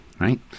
right